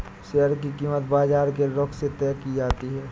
share की कीमत बाजार के रुख से तय की जाती है